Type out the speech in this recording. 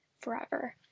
forever